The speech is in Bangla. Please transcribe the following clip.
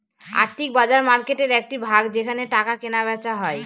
আর্থিক বাজার মার্কেটের একটি ভাগ যেখানে টাকা কেনা বেচা হয়